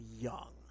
young